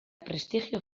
prestigio